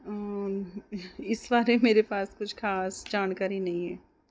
ਇਸ ਬਾਰੇ ਮੇਰੇ ਪਾਸ ਕੁਛ ਖਾਸ ਜਾਣਕਾਰੀ ਨਹੀਂ ਹੈ